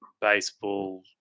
baseball